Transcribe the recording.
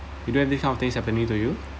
you don't have this kind of things happening to you